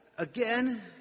Again